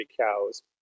cows